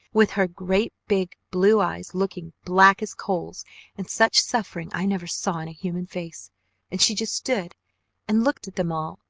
with her great, big blue eyes looking black as coals and such suffering i never saw in a human face and she just stood and looked at them all,